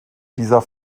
dieser